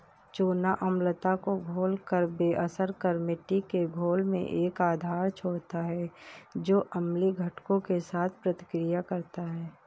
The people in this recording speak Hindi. चूना अम्लता को घोलकर बेअसर कर मिट्टी के घोल में एक आधार छोड़ता है जो अम्लीय घटकों के साथ प्रतिक्रिया करता है